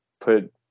put